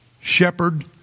Shepherd